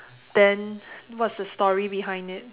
then what's the story behind it